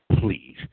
Please